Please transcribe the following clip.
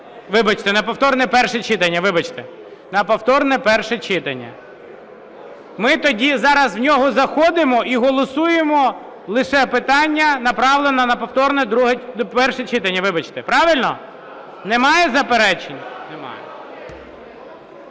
Вибачте. На повторне перше читання. Ми тоді зараз в нього заходимо і голосуємо лише питання направлення на повторне перше читання. Правильно? Немає заперечень? Ставлю